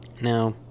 Now